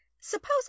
suppose